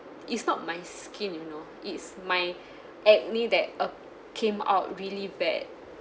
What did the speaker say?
it's not my skin you know it's my acne that uh came out really bad